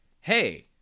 Hey